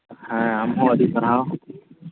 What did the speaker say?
ᱦᱮᱸ ᱟᱢᱦᱚᱸ ᱟᱹᱰᱤ ᱥᱟᱨᱦᱟᱣ